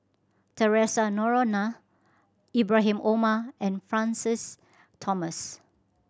Theresa Noronha Ibrahim Omar and Francis Thomas